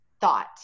thought